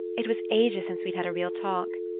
it was ages since we'd had a real talk.